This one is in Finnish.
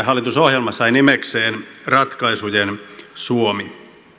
hallitusohjelma sai nimekseen ratkaisujen suomi